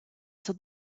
saw